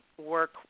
work